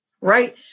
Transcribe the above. right